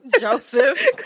Joseph